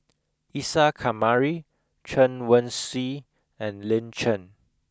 Isa Kamari Chen Wen Hsi and Lin Chen